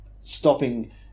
stopping